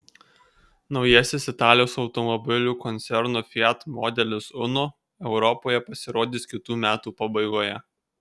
naujasis italijos automobilių koncerno fiat modelis uno europoje pasirodys kitų metų pabaigoje